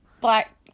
black